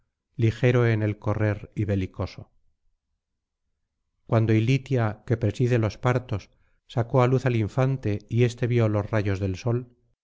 ligero en el correr y belicoso cuando ilitia que preside los partos sacó á luz al infante y éste vio los rayos del sol